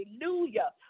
hallelujah